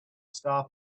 star